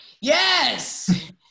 Yes